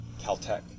Caltech